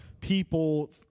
people